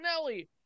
Nelly